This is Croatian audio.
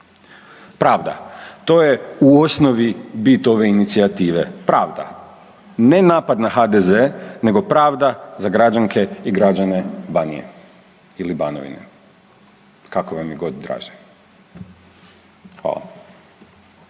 Pravda to je u osnovi bit ove inicijative. Pravda. Ne napad na HDZ nego pravda za građanke i građane Banije ili Banovine kako vam je god draže. Hvala.